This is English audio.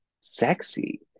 sexy